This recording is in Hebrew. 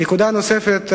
נקודה נוספת,